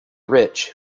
rich